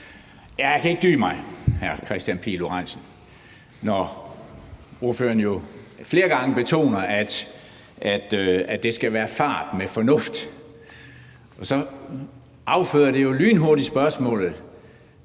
Pihl Lorentzen. Når ordføreren flere gange betoner, at det skal være fart med fornuft, afføder det jo lynhurtigt spørgsmålet: